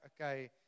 okay